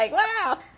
like wow,